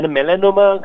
Melanoma